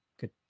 good